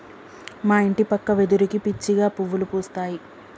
మా ఇంటి పక్క వెదురుకి పిచ్చిగా పువ్వులు పూస్తాయి